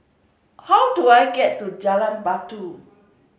how do I get to Jalan Batu